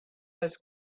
was